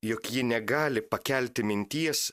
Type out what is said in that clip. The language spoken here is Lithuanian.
jog ji negali pakelti minties